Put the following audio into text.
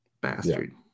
Bastard